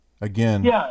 Again